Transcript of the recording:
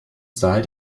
saal